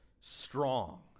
strong